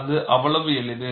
அது அவ்வளவு எளிது